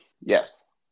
Yes